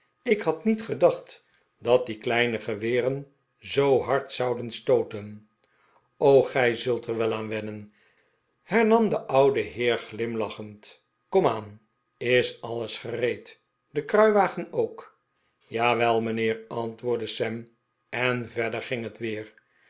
ik had niet gedacht dat die kleine geweren zoo hard zouden stooten gij zult er wel aan wennen hernam de oude heer glimlachend kom aan is alles gereed de kruiwagen ook jawel mijnheer antwoordde sam en verder ging het weer